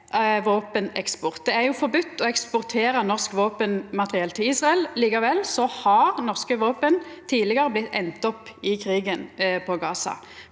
Det er forbode å eksportera norsk våpenmateriell til Israel. Likevel har norske våpen tidlegare enda opp i krigen i Gaza